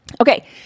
Okay